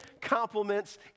compliments